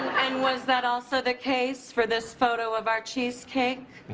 and was that also the case for this photo of our cheesecake?